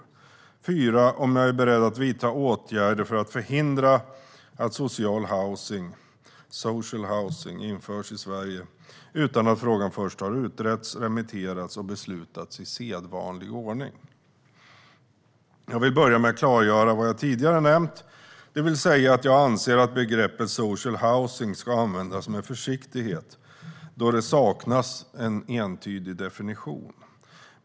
Den fjärde frågan är om jag är beredd att vidta åtgärder för att förhindra att social housing införs i Sverige utan att frågan först har utretts, remitterats och beslutats i sedvanlig ordning. Jag vill börja med att klargöra vad jag tidigare nämnt, det vill säga att jag anser att begreppet social housing ska användas med försiktighet, då det saknas en entydig definition.